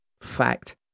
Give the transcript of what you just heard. Fact